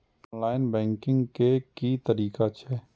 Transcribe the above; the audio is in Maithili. ऑनलाईन बैंकिंग के की तरीका छै?